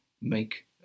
make